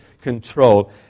control